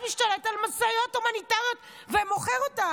משתלט על משאיות הומניטריות ומוכר אותן.